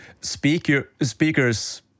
speakers